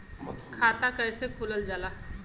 खाता कैसे खोलल जाला?